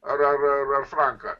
ar ar ar franką